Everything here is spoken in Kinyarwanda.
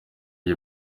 iyi